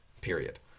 period